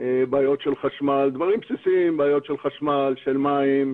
בעיות של חשמל, דברים בסיסיים, בעיות של מים,